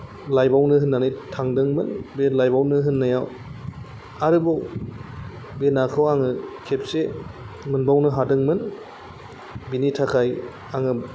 लायबावनो होननानै थांदोंमोन बे लायबावनो होननायाव आरोबाव बे नाखौ आङो खेबसे मोनबावनो हादोंमोन बेनिथाखाय आङो